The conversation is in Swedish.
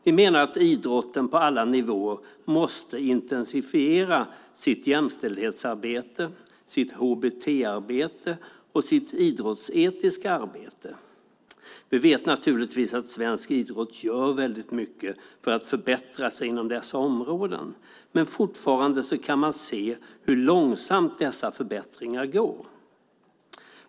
Vi menar att idrotten på alla nivåer måste intensifiera sitt jämställdhetsarbete, sitt hbt-arbete och sitt idrottsetiska arbete. Vi vet naturligtvis att svensk idrott gör mycket för att förbättra sig inom dessa områden. Men fortfarande kan man se hur långsamt dessa förbättringar går.